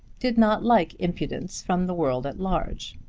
did not like impudence from the world at large.